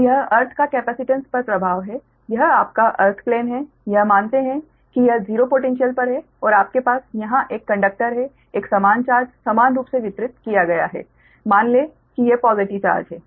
तो यह अर्थ का कैपेसिटेंस पर प्रभाव है यह आपका अर्थ प्लेन है यह मानते है कि यह 0 पोटैन्श्यल पर है और आपके पास यहां एक कंडक्टर है एक समान चार्ज समान रूप से वितरित किया गया है मान लें कि ये पॉज़िटिव चार्ज हैं